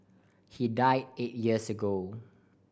he died eight years later